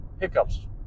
Hiccups